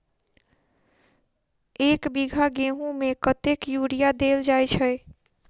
एक बीघा गेंहूँ मे कतेक यूरिया देल जाय छै?